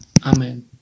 Amen